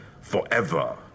forever